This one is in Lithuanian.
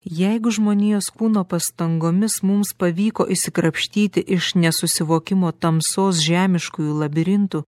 jeigu žmonijos kūno pastangomis mums pavyko išsikrapštyti iš nesusivokimo tamsos žemiškųjų labirintų